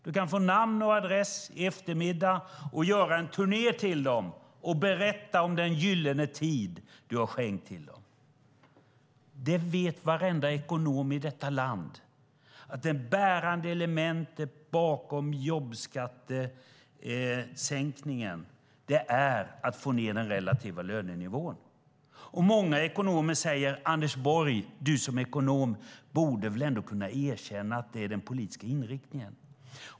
Du kan få namn och adress i eftermiddag och göra en turné till dem och berätta om den gyllene tid du har skänkt dem. Varenda ekonom i detta land vet att det bärande elementet bakom jobbskattesänkningen är att få ned den relativa lönenivån. Många ekonomer säger: Anders Borg, du som är ekonom borde väl kunna erkänna att det är den politiska inriktningen?